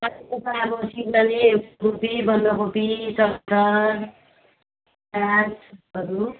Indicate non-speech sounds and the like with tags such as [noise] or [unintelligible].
तपाईँको त अब [unintelligible] फुलकोपी बन्दकोपी टमाटर प्याजहरू